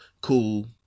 cool